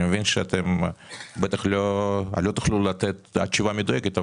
אני מבין שלא תוכלו לתת תשובה מדויקת,